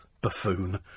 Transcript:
buffoon